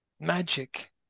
magic